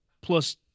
plus